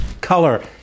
Color